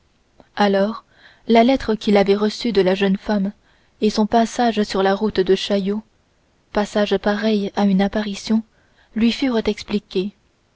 alors la lettre qu'il avait reçue de la jeune femme et son passage sur la route de chaillot passage pareil à une apparition lui furent expliqués